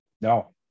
no